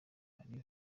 uri